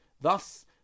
Thus